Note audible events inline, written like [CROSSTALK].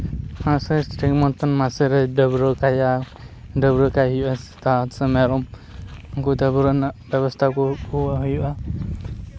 ᱢᱟᱥᱮᱨ ᱥᱮᱥᱨᱮ ᱥᱮ [UNINTELLIGIBLE] ᱢᱟᱥᱮᱨᱮ ᱰᱟᱹᱵᱽᱨᱟᱹ ᱠᱟᱭᱟ ᱰᱟᱹᱵᱽᱨᱟᱹ ᱠᱟᱭ ᱦᱩᱭᱩᱜᱼᱟ ᱥᱮᱛᱟ ᱥᱮ ᱢᱮᱨᱚᱢ ᱩᱱᱠᱩ ᱰᱟᱹᱵᱽᱨᱟᱹ ᱨᱮᱱᱟᱜ ᱵᱮᱵᱚᱥᱛᱷᱟ ᱠᱚᱠᱚ ᱦᱩᱭᱩᱜᱼᱟ